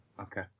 Okay